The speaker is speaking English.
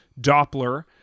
Doppler